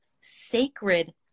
sacred